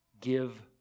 give